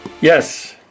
Yes